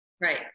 Right